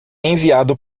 enviado